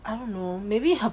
I don't know maybe her